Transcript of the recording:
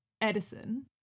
Edison